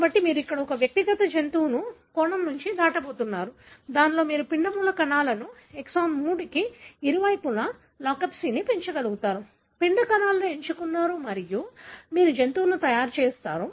కాబట్టి మీరు ఒక వ్యక్తిగత జంతువును కోణం నుండి దాటబోతున్నారు దీనిలో మీరు పిండ మూల కణాలలో ఎక్సాన్ 3 కి ఇరువైపులా లాక్స్పిని ఉంచగలుగుతారు పిండ కణాలను ఎంచుకున్నారు మరియు మీరు జంతువును తయారు చేసారు